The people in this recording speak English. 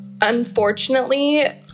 Unfortunately